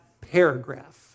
paragraph